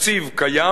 התקציב קיים.